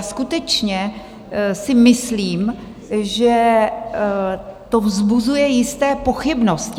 Skutečně si myslím, že to vzbuzuje jisté pochybnosti.